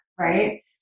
right